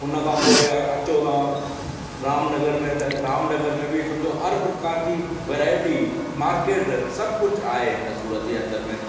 हुन खां पोइ अ अचो तव्हां रामनगर में बि सम्झो हर प्रकार जी वैरायटी मार्किट सभु कुझु आहे हिन सूरत जे अंदरि में